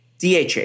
DHA